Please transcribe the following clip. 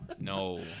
no